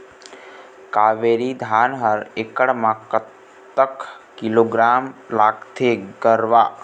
कावेरी धान हर एकड़ म कतक किलोग्राम लगाथें गरवा?